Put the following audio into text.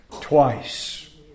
Twice